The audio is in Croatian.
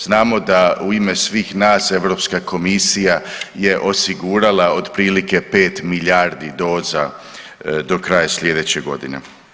Znamo da u ime svih nas Europska komisija je osigurala otprilike 5 milijardi doza do kraja slijedeće godine.